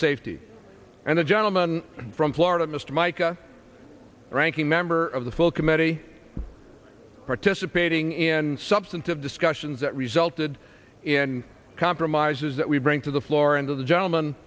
safety and the gentleman from florida mr mica ranking member of the full committee participating in substantive discussions that resulted in compromises that we bring to the floor and to the gentleman